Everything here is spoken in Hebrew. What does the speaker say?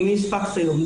למי יש פקס היום?